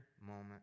moment